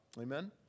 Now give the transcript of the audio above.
Amen